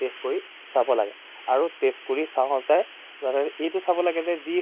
test কৰি চাব লাগে আৰু টেষ্ট কৰি চাওঁতে যাতে এইটো চাব লাগে যে যি